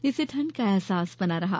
जिससे ठंड का अहसास बना रहा